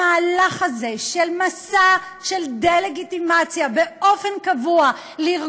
אבל המהלך הזה של מסע דה-לגיטימציה באופן קבוע נגד